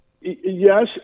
yes